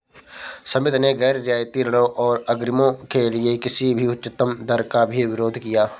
समिति ने गैर रियायती ऋणों और अग्रिमों के लिए किसी भी उच्चतम दर का भी विरोध किया